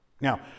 Now